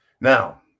Now